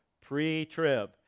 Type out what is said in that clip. pre-trib